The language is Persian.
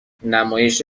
نمایش